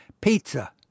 pizza